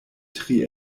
tri